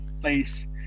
place